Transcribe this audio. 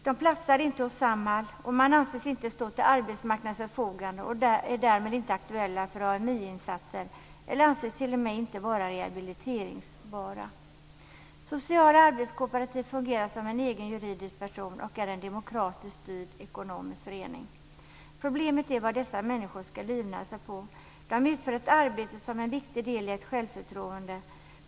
De platsar inte hos Samhall. De anses inte stå till arbetsmarknadens förfogande och är därmed inte aktuella för AMI:s insatser, eller också anses de t.o.m. inte vara rehabiliteringsbara. Sociala arbetskooperativ fungerar som en egen juridisk person och är en demokratiskt styrd ekonomisk förening. Problemet är vad dessa människor ska livnära sig på. De utför ett arbete som är en viktig del i ett självförtroende.